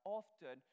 often